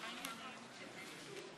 אנחנו עוברים להצעת החוק